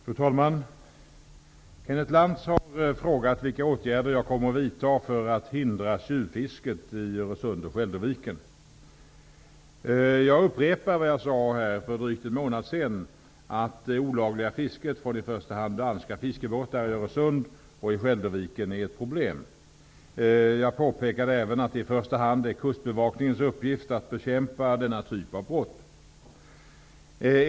Fru talman! Kenneth Lantz har frågat vilka åtgärder jag kommer att vidta för att hindra tjuvfisket i Öresund och Skälderviken. Jag upprepar vad jag sade här för drygt en månad sedan, att det olagliga fisket från i första hand danska fiskebåtar i Öresund och i Skälderviken är ett problem. Jag påpekade även att det i första hand är Kustbevakningens uppgift att bekämpa denna typ av brott.